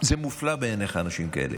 זה מופלא בעיניך, אנשים כאלה,